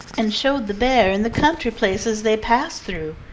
and showed the bear in the country places they passed through.